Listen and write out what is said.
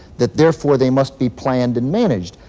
that therefore they must be planned and managed.